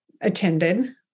attended